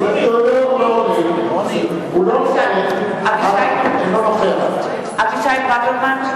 אינו נוכח אבישי ברוורמן,